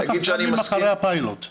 זה יהיה שנים אחרי פיילוט.